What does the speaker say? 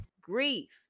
grief